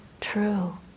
true